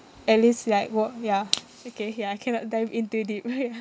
at least like wo~ ya okay ya I cannot dive in too deep orh ya